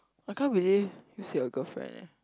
I can't believe you said your girlfriend eh